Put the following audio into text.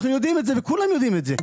אנחנו יודעים את זה, וכולם יודעים את זה.